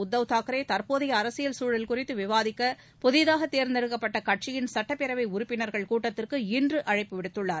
உத்தவ் தாக்கரே தற்போதைய அரசியல் சூழல் குறித்து விவாதிக்க புதிதாக தேர்ந்தெடுக்கப்பட்ட கட்சியின் சுட்டப்பேரவை உறுப்பினா்கள் கூட்டத்திற்கு இன்று அழைப்பு விடுத்துள்ளார்